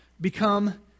become